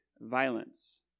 violence